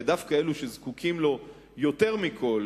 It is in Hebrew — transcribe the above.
ודווקא לאלה שזקוקים לו יותר מכול.